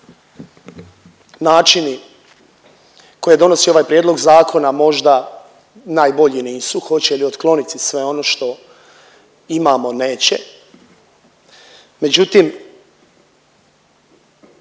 načini koje donosi ovaj prijedlog zakona možda najbolji nisu, hoće li otkloniti sve ono što imamo, neće, međutim